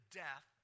death